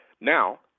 Now